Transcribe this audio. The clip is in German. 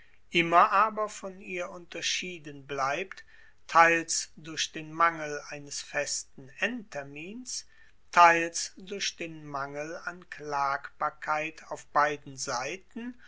immer aber von ihr unterschieden bleibt teils durch den mangel eines festen endtermins teils durch den mangel an klagbarkeit auf beiden seiten